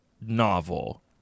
novel